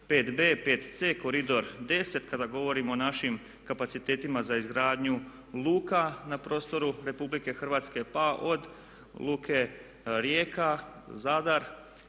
5B, 5C, koridor 10, kada govorimo o našim kapacitetima za izgradnju luka na prostoru RH, pa od luke Rijeka, Zadar,